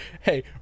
Hey